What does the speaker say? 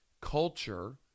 culture